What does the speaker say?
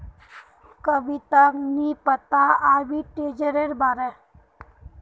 कविताक नी पता आर्बिट्रेजेर बारे